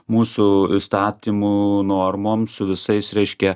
mūsų įstatymų normom su visais reiškia